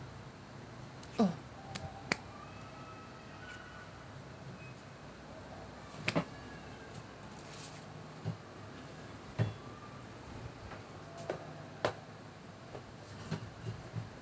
oh